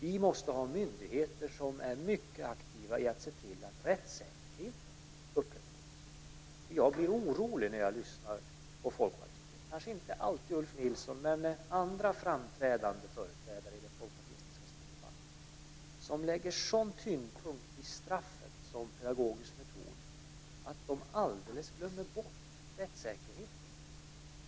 Vi måste ha myndigheter som är mycket aktiva i att se till att rättssäkerheten upprätthålls. Jag blir orolig när jag lyssnar på Folkpartiet, kanske inte alltid när jag lyssnar på Ulf Nilsson men på andra framträdande företrädare i den folkpartistiska skoldebatten, som lägger en sådan tyngdpunkt vid straffet som pedagogisk metod att de alldeles glömmer bort rättssäkerheten.